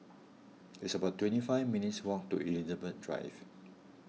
it's about twenty five minutes' walk to Elizabeth Drive